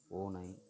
பூனை